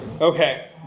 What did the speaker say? Okay